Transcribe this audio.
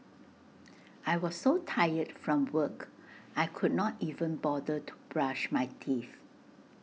I was so tired from work I could not even bother to brush my teeth